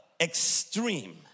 extreme